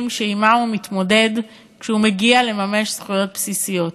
שעמם הוא מתמודד כשהוא מגיע לממש זכויות בסיסיות.